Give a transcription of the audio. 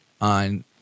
on